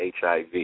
HIV